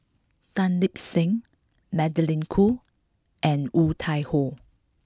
Tan Lip Seng Magdalene Khoo and Woon Tai Ho